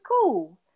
cool